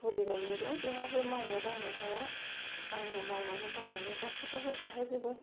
बुरिबाय नालाय बेहाबो मावनो दांनो हाया आंनो मावनानै दांनानै गासिखौबो जाहो जोबो